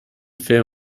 film